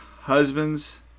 husbands